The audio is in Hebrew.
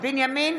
בנימין